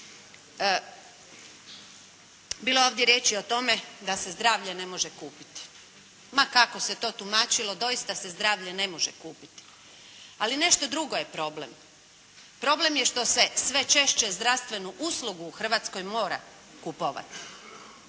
Bilo je ovdje riječi o tome da se zdravlje ne može kupiti ma kako se to tumačilo doista se zdravlje ne može kupiti. Ali nešto drugo je problem. Problem je što se sve češće zdravstvenu uslugu u Hrvatskoj mora kupovati